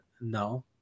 no